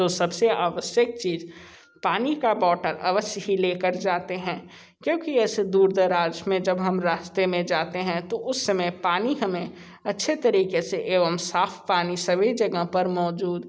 तो सब से आवश्यक चीज़ पानी का बोटल अवश्य ही ले कर जाते हैं क्योंकि ऐसे दूरदराज़ में जब हम रास्ते में जाते हैं तो उस समय पानी हमें अच्छे तरीक़े से एवं साफ़ पानी सभी जगह पर मौजूद